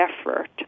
effort